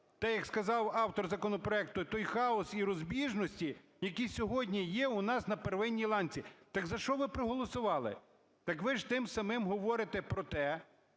те, як сказав автор законопроекту, той хаос і розбіжності, які сьогодні є у нас на первинній ланці. Так за що ви проголосували? Так ви ж тим самим говорите про те,